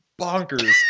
bonkers